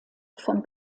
von